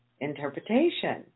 interpretation